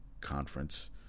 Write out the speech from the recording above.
Conference